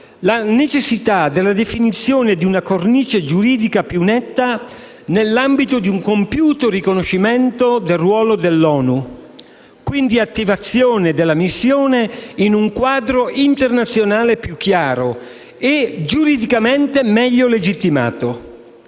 la necessità della definizione di una cornice giuridica più netta nell'ambito di un compiuto riconoscimento del ruolo dell'ONU, quindi l'attivazione della missione in un quadro internazionale più chiaro e giuridicamente meglio legittimato.